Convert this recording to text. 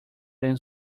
than